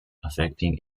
affecting